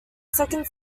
second